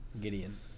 Gideon